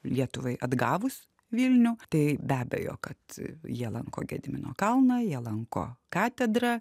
lietuvai atgavus vilnių tai be abejo kad jie lanko gedimino kalną jie lanko katedrą